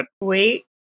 wait